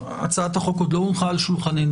הצעת החוק עוד לא הונחה על שולחננו